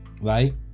Right